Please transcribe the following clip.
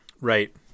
right